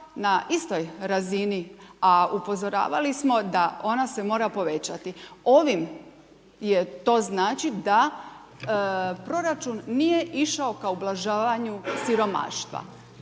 na istoj razini, a upozoravali smo da ona se mora povećati. Ovim je to znači, da proračun nije išao ka ublažavanju siromaštva.